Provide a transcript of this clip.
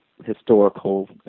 historical